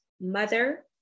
mother